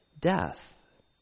Death